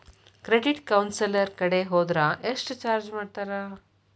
Credit counsellor ಕಡೆ ಹೊದ್ರ ಯೆಷ್ಟ್ ಚಾರ್ಜ್ ಮಾಡ್ತಾರ?